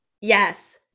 Yes